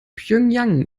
pjöngjang